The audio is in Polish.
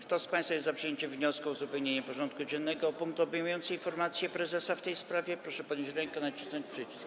Kto z państwa jest za przyjęciem wniosku o uzupełnienie porządku dziennego o punkt obejmujący informację prezesa Rady Ministrów w tej sprawie, proszę podnieść rękę i nacisnąć przycisk.